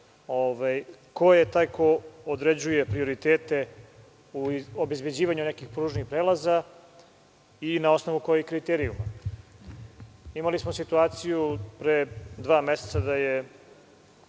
ko je taj ko određuje prioritet u obezbeđivanju nekih pružnih prelaza i na osnovu kojih kriterijuma. Imali smo situaciju pre dva meseca da je